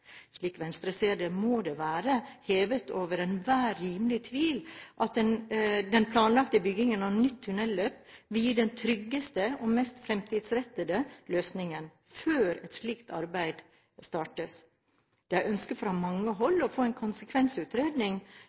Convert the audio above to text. Slik Venstre ser det, må det være hevet over enhver rimelig tvil at den planlagte byggingen av nytt tunnelløp vil gi den tryggeste og mest fremtidsrettede løsningen, før et slikt arbeid startes. Det er ønsket fra mange hold å få en konsekvensutredning,